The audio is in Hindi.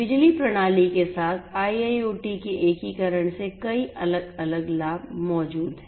बिजली प्रणाली के साथ IIoT के एकीकरण से कई अलग अलग लाभ मौजूद हैं